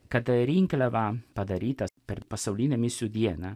kad rinkliavą padaryta per pasaulinę misijų dieną